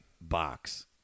box